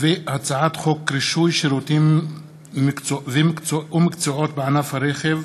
הצעת חוק רישוי שירותים ומקצועות בענף הרכב,